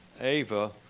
Ava